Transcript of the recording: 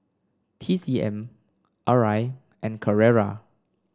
T C M Arai and Carrera